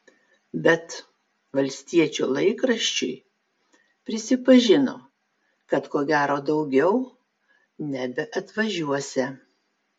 bet valstiečių laikraščiui prisipažino kad ko gero daugiau nebeatvažiuosią